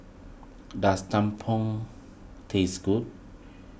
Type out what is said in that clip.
does Tumpeng tastes good